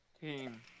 team